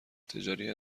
تجاری